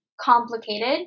complicated